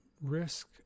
Risk